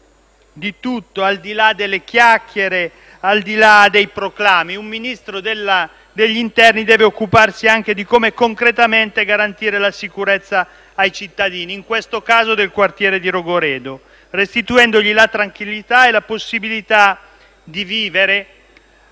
di tutto, delle chiacchiere e dei proclami, un Ministro dell'interno deve occuparsi anche di come concretamente garantire la sicurezza ai cittadini, in questo caso del quartiere di Rogoredo, restituendo loro la tranquillità e la possibilità di vivere